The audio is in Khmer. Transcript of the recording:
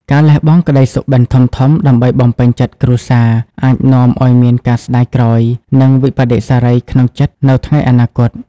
ការលះបង់ក្តីសុបិនធំៗដើម្បីបំពេញចិត្តគ្រួសារ អាចនាំឱ្យមានការស្តាយក្រោយ និងវិប្បដិសារីក្នុងចិត្តនៅថ្ងៃអនាគត។